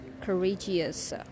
courageous